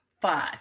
five